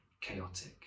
chaotic